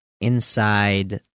Inside